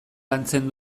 lantzen